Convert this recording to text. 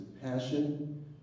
passion